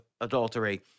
adultery